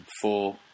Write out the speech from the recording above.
four